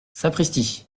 sapristi